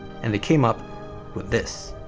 and they came up with this.